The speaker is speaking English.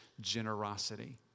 generosity